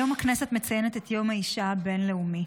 היום הכנסת מציינת את יום האישה הבין-לאומי.